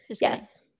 Yes